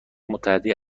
متحده